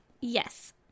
yes